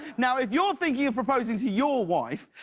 now if you're thinking of proposing to your wife,